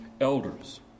elders